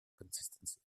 consistency